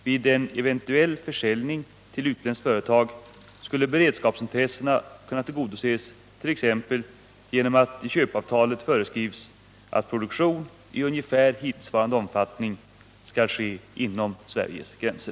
Vid en eventuell försäljning till utländskt företag skulle beredskapsintressena kunna tillgodoses exempelvis genom att i köpeavtalet föreskrivs att produktionen i ungefär hittillsvarande omfattning skall ske inom Sveriges gränser.